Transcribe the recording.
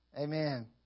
amen